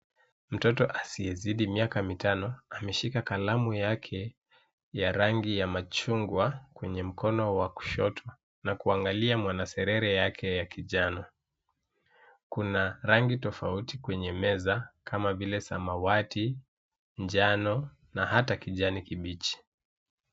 Mtoto asiyezidi miaka mitano, ameshika kalamu yake ya rangi ya machungwa kwenye mkono wa kushoto na kuangalia mwanaserere yake ya kijana. Kuna rangi tofauti kwenye meza kama vile samawati, njano na hata kijani kibichi.